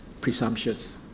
presumptuous